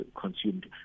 consumed